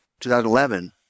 2011